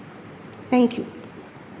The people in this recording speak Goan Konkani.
thank you